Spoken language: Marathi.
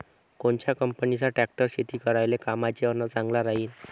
कोनच्या कंपनीचा ट्रॅक्टर शेती करायले कामाचे अन चांगला राहीनं?